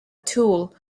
tool